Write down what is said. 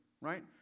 right